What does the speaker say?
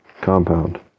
compound